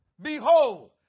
behold